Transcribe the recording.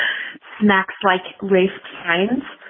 snacks like race times.